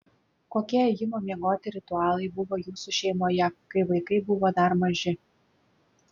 kokie ėjimo miegoti ritualai buvo jūsų šeimoje kai vaikai buvo dar maži